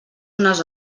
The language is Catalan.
unes